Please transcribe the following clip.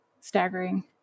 staggering